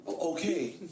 Okay